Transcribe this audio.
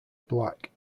black